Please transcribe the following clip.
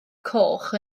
coch